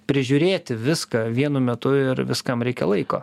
prižiūrėti viską vienu metu ir viskam reikia laiko